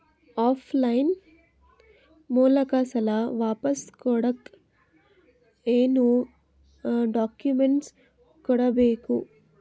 Of line ಮೂಲಕ ಸಾಲ ವಾಪಸ್ ಕೊಡಕ್ ಏನು ಡಾಕ್ಯೂಮೆಂಟ್ಸ್ ಕೊಡಬೇಕು?